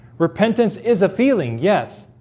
repentance is a feeling yes,